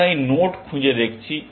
আমরা এই নোড খুঁজে দেখছি